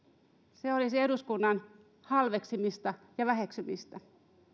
se olisi eduskunnan halveksimista ja väheksymistä